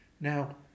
Now